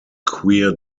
queer